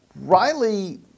Riley